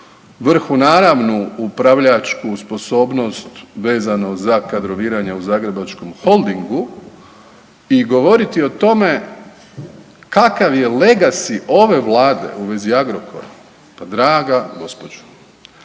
vrho naravnu upravljačku sposobnost vezano za kadroviranje u Zagrebačkom holdingu i govoriti o tome kakav je legacy ove Vlade u vezi Agrokora. Pa draga gospođo,